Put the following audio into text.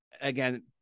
Again